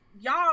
y'all